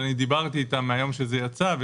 אבל אני דיברתי איתם היום כשזה יצא,